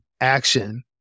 action